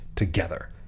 together